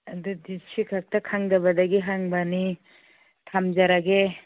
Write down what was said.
ꯑꯗꯨꯗꯤ ꯁꯤ ꯈꯛꯇ ꯈꯪꯗꯕꯗꯒꯤ ꯍꯪꯕꯅꯤ ꯊꯝꯖꯔꯒꯦ